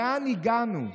לאן הגענו?